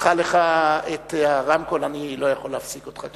פתחה לך את הרמקול, אני לא יכול להפסיק אותך.